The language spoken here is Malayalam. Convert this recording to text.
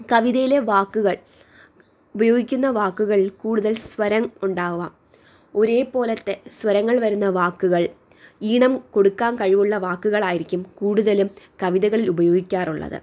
കവിതയിലെ വാക്കുകൾ ഉപയോഗിക്കുന്ന വാക്കുകൾ കൂടുതൽ സ്വരം ഉണ്ടാവാം ഒരേപോലത്തെ സ്വരങ്ങൾ വരുന്ന വാക്കുകൾ ഈണം കൊടുക്കാൻ കഴിവുള്ള വാക്കുകളായിരിക്കും കൂടുതലും കവിതകളിൽ ഉപയോഗിക്കാറുള്ളത്